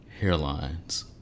Hairlines